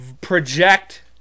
project